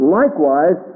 likewise